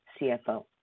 CFO